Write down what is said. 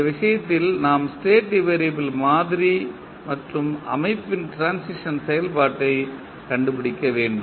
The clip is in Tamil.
இந்த விஷயத்தில் நாம் ஸ்டேட் வெறியபிள் மாதிரி மற்றும் அமைப்பின் ட்ரான்சிஸன் செயல்பாட்டை கண்டுபிடிக்க வேண்டும்